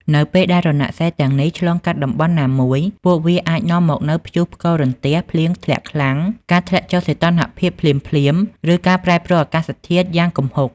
នៅពេលដែលរណសិរ្សទាំងនេះឆ្លងកាត់តំបន់ណាមួយ ពួកវាអាចនាំមកនូវព្យុះផ្គររន្ទះ ភ្លៀងធ្លាក់ខ្លាំង ការធ្លាក់ចុះសីតុណ្ហភាពភ្លាមៗ ឬការប្រែប្រួលអាកាសធាតុយ៉ាងគំហុក។